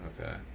Okay